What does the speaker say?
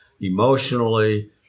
emotionally